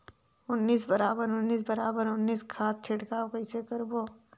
उन्नीस बराबर उन्नीस बराबर उन्नीस खाद छिड़काव कइसे करबो?